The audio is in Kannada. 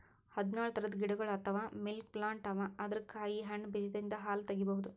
ಹದ್ದ್ನೊಳ್ ಥರದ್ ಗಿಡಗೊಳ್ ಅಥವಾ ಮಿಲ್ಕ್ ಪ್ಲಾಂಟ್ ಅವಾ ಅದರ್ ಕಾಯಿ ಹಣ್ಣ್ ಬೀಜದಿಂದ್ ಹಾಲ್ ತಗಿಬಹುದ್